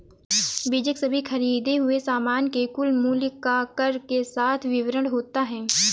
बीजक सभी खरीदें हुए सामान के कुल मूल्य का कर के साथ विवरण होता है